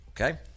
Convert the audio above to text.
Okay